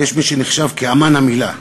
יש מי שנחשב כאמן המילה,